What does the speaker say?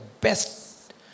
best